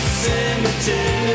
cemetery